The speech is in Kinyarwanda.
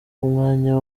umwanya